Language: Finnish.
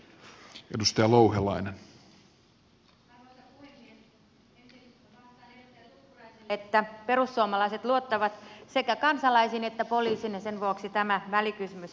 ensin vastaan edustaja tuppuraiselle että perussuomalaiset luottavat sekä kansalaisiin että poliisiin ja sen vuoksi tämä välikysymys onkin tehty